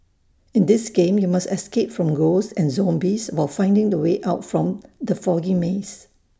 in this game you must escape from ghosts and zombies while finding the way out from the foggy maze